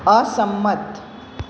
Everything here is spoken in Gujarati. અસંમત